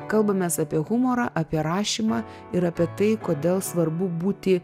kalbamės apie humorą apie rašymą ir apie tai kodėl svarbu būti